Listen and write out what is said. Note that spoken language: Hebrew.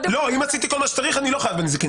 אם עשיתי כל מה שצריך, אני לא חייב בנזיקין.